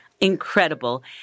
incredible